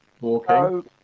walking